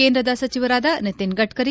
ಕೇಂದ್ರದ ಸಚಿವರಾದ ನಿತಿನ್ ಗಡ್ಕರಿ